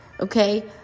Okay